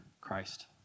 Christ